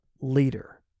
leader